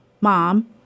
Mom